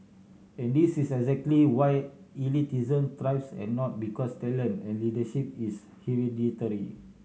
and this is exactly why elitism thrives and not because talent and leadership is hereditary